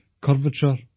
curvature